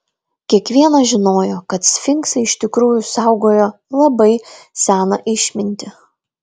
kiekvienas žinojo kad sfinksai iš tikrųjų saugojo labai seną išmintį